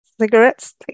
cigarettes